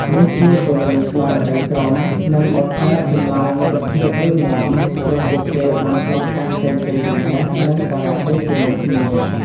នេះជួយពង្រឹងស្មារតីក្រុម និងបង្កើតចំណងមិត្តភាពរឹងមាំ ព្រោះពួកគេបានឆ្លងកាត់ទាំងជ័យជម្នះ និងបរាជ័យជាមួយគ្នា។